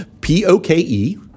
P-O-K-E